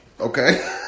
Okay